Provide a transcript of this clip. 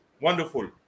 Wonderful